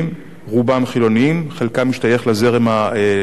רובם חילונים וחלקם משתייך לזרם הניאולוגי.